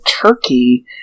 Turkey